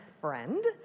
friend